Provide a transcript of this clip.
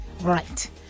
Right